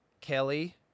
Kelly